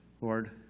Lord